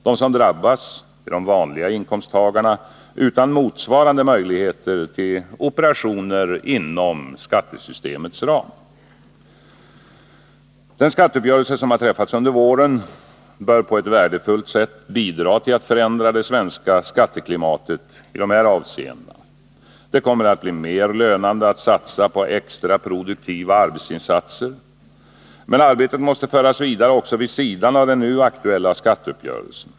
De som drabbas är de vanliga inkomsttagarna, utan motsvarande möjligheter till operationer inom skattesystemets ram. Den skatteuppgörelse som träffats under våren bör på ett värdefullt sätt bidra till att förändra det svenska skatteklimatet i dessa avseenden. Det kommer att bli mer lönande att satsa på extra produktiva arbetsinsatser. Men arbetet måste föras vidare också vid sidan av den nu aktuella skatteuppgörelsen.